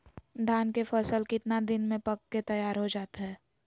धान के फसल कितना दिन में पक के तैयार हो जा हाय?